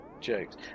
jokes